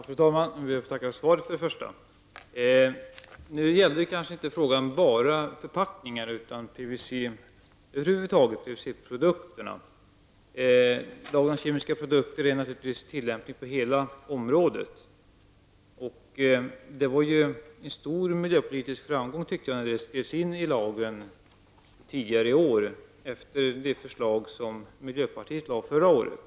Fru talman! Jag ber för det första att få tacka för svaret. Min fråga gällde kanske inte bara förpackningar, utan PVC-produkterna över huvud taget. Lagen om kemiska produkter är naturligtvis tillämplig på hela området. Det var enligt min uppfattning en stor miljöpolitisk framgång när detta tidigare i år skrevs in i lagen efter det förslag som miljöpartiet lade fram förra året.